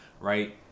Right